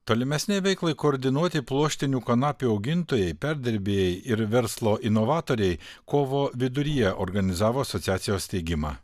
tolimesnei veiklai koordinuoti pluoštinių kanapių augintojai perdirbėjai ir verslo inovatoriai kovo viduryje organizavo asociacijos steigimą